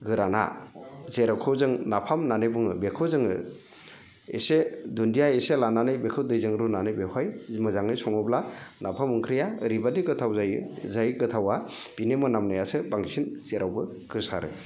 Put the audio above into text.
गोराना जेखौ जों नाफाम होननानै बुङो बेखौ जोङो एसे दुन्दिया एसे लानानै बेखौ दैजों रुनानै बेवहाय जि मोजाङै सङोब्ला नाफाम ओंख्रिया ओरैबादि गोथाव जायो जाय गोथावा बिनि मोनामनायासो बांसिन जेरावबो गोसारो